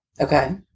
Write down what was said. okay